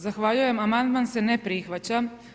Zahvaljujem amandman se ne prihvaća.